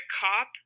cop